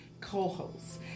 co-hosts